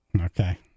Okay